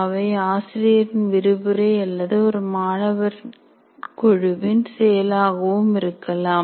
அவை ஆசிரியரின் விரிவுரை அல்லது ஒரு மாணவர் குழுவின் செயலாகவும் இருக்கலாம்